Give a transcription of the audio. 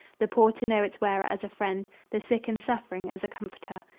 the poor to know its wearer as a friend, the sick and suffering as a comforter,